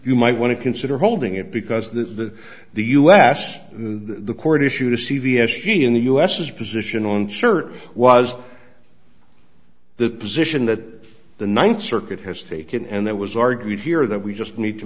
you might want to consider holding it because the the us and the court issued a c v s he in the us his position on cert was the position that the ninth circuit has taken and that was argued here that we just need to